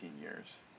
years